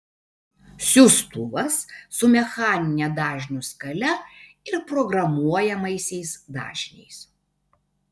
siųstuvas su mechanine dažnių skale ir programuojamaisiais dažniais